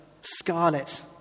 scarlet